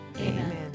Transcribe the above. Amen